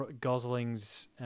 Gosling's